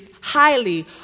highly